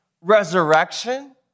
resurrection